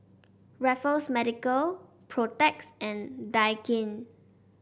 Raffles Medical Protex and Daikin